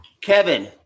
Kevin